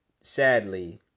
sadly